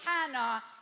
Hannah